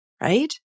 Right